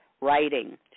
writing